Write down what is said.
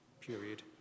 period